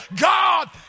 God